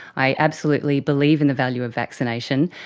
i absolutely believe in the value of vaccination,